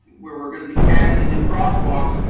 where we're gonna be adding the new crosswalks,